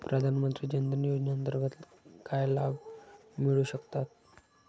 प्रधानमंत्री जनधन योजनेअंतर्गत काय लाभ मिळू शकतात?